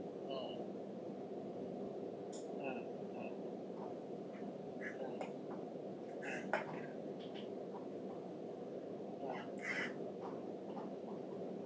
mm mm mm mm